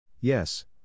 Yes